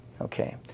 Okay